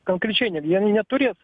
konkrečiai ne vieni neturės